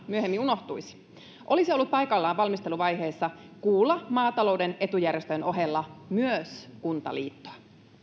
myöhemmin unohtuisi olisi ollut paikallaan valmisteluvaiheessa kuulla maatalouden etujärjestön ohella myös kuntaliittoa